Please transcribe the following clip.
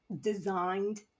designed